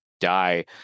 die